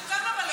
לא.